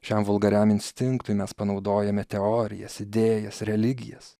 šiam vulgariam instinktui mes panaudojome teorijas idėjas religijas